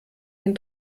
den